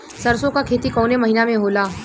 सरसों का खेती कवने महीना में होला?